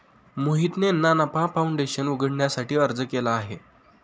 मोहितने ना नफा फाऊंडेशन उघडण्यासाठी अर्ज केला आहे